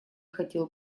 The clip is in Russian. хотел